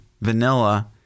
vanilla